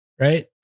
right